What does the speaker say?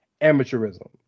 amateurism